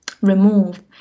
remove